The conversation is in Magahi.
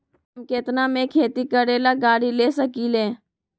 हम केतना में खेती करेला गाड़ी ले सकींले?